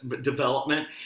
development